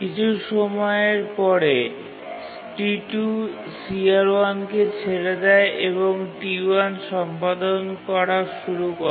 কিছু সময়ের পরে T2 CR1 কে ছেড়ে দেয় এবং T1 সম্পাদন করা শুরু করে